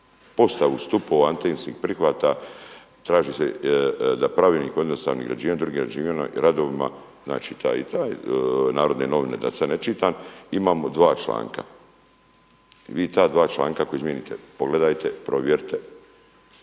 postavu stupova antenskih prihvata, traži se da pravilnik odnosno …/Govornik se ne razumije./… i radovima znači taj i taj Narodne novine, da sad ne čitam, imamo dva članka. Vi ta dva članka ako izmijenite pogledajte, provjerite.